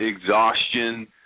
exhaustion